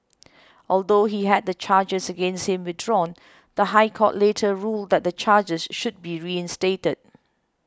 although he had the charges against him withdrawn the High Court later ruled that the charges should be reinstated